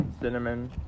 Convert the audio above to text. cinnamon